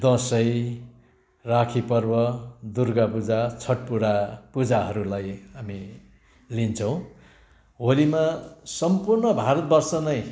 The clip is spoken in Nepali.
दसैँ राखी पर्व दुर्गा पूजा छठ पुरा पूजाहरूलाई हामी लिन्छौँ होलीमा सम्पुर्ण भारत वर्ष नै